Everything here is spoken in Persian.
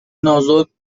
نازک